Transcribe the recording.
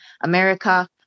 America